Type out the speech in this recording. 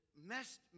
messed